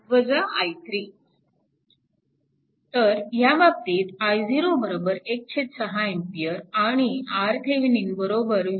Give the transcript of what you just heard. तर ह्या बाबतीत i0 16 A आणि RThevenin V0i0